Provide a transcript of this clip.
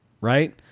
right